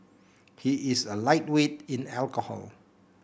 he is a lightweight in alcohol